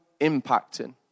impacting